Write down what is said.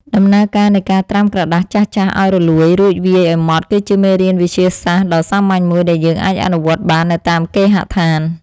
ដំណើរការនៃការត្រាំក្រដាសចាស់ៗឱ្យរលួយ រួចវាយឱ្យម៉ត់គឺជាមេរៀនវិទ្យាសាស្ត្រដ៏សាមញ្ញមួយ ដែលយើងអាចអនុវត្តបាននៅតាមគេហដ្ឋាន។